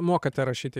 mokate rašyti